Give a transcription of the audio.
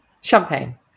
Champagne